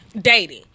Dating